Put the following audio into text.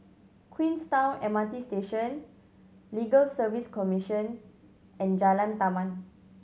Queenstown M R T Station Legal Service Commission and Jalan Taman